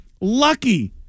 lucky